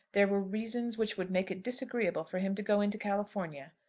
there were reasons which would make it disagreeable for him to go into california.